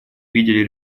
видели